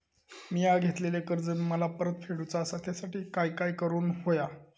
मिया घेतलेले कर्ज मला परत फेडूचा असा त्यासाठी काय काय करून होया?